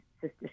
sister